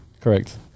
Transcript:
Correct